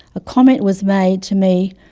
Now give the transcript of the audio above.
a comment was made to me,